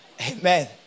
Amen